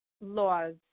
laws